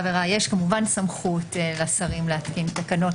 עבירה יש סמכות לשרים להתקין תקנות,